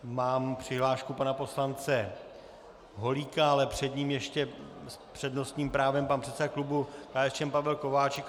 Mám přihlášku pana poslance Holíka, ale před ním ještě s přednostním právem pan předseda klubu KSČM Pavel Kováčik.